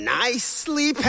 nicely